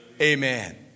Amen